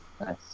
nice